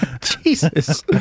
Jesus